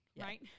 Right